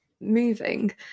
moving